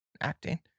acting